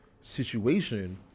situation